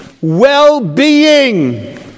well-being